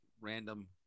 random